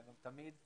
ותמיד,